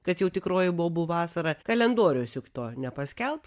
kad jau tikroji bobų vasara kalendorius juk to nepaskelbs